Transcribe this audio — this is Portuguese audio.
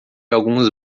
alguns